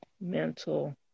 Mental